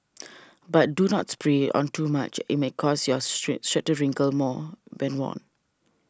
but do not spray on too much it may cause your street shirt to wrinkle more been worn